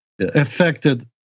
affected